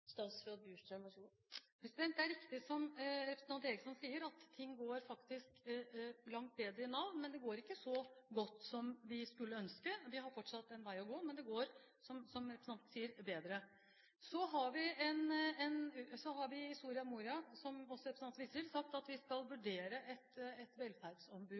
Det er riktig som representanten Eriksson sier, at ting går faktisk langt bedre i Nav. Det går ikke så godt som vi skulle ønske – de har fortsatt en vei å gå – men det går, som representanten sier, bedre. Så har vi i Soria Moria-erklæringen, som også representanten viser til, sagt at vi skal vurdere et velferdsombud.